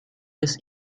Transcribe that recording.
des